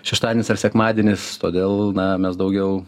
šeštadienis ar sekmadienis todėl na mes daugiau